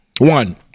One